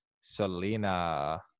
Selena